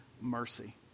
mercy